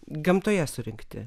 gamtoje surinkti